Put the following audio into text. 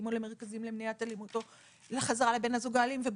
או למרכזים למניעת אלימות או לחזרה לבן הזוג האלים ובריחה,